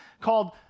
called